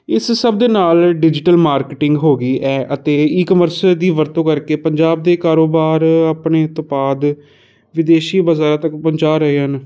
ਇਸ ਸਭ ਦੇ ਨਾਲ ਡਿਜੀਟਲ ਮਾਰਕੀਟਿੰਗ ਹੋ ਗਈ ਹੈ ਅਤੇ ਈਕਮਰਸ ਦੀ ਵਰਤੋਂ ਕਰਕੇ ਪੰਜਾਬ ਦੇ ਕਾਰੋਬਾਰ ਆਪਣੇ ਉਤਪਾਦ ਵਿਦੇਸ਼ੀ ਬਜ਼ਾਰ ਤੱਕ ਪਹੁੰਚਾ ਰਹੇ ਹਨ